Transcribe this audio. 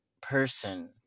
person